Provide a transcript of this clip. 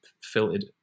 filtered